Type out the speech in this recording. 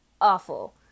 awful